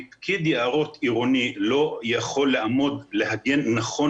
כי פקיד יערות עירוני לא יכול לעמוד ולהגן נכון